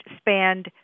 spanned